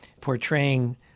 portraying